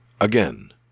Again